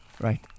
Right